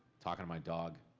talking to my dog.